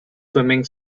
swimming